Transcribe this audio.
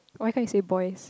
oh I thought you said boys